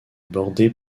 bordée